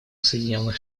соединенных